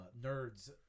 nerds